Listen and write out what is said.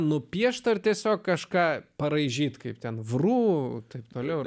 nupiešti ar tiesiog kažką paraižyt kaip ten vrū ir t t